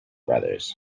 brothers